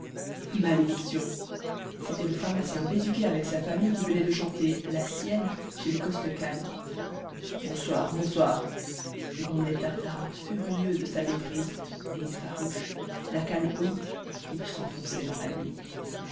malédiction c'était le pharmacien bézuquet avec sa famille qui venait de chanter la sienne chez les costecalde bonsoir bonsoir grommelait tartarin furieux de sa méprise et farouche la canne haute il s'enfonçait dans la nuit